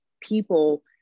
people